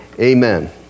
amen